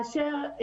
מאשר,